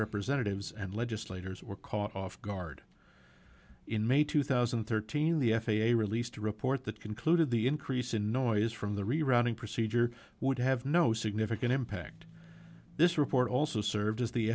representatives and legislators were caught off guard in may two thousand and thirteen the f a a released a report that concluded the increase in noise from the rerouting procedure would have no significant impact this report also served as the